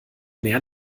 mehr